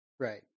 Right